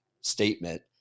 statement